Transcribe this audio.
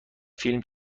فیلم